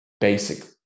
basic